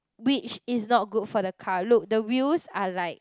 which is not good for the car look the wheels are like